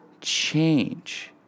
change